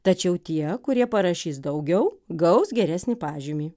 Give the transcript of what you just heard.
tačiau tie kurie parašys daugiau gaus geresnį pažymį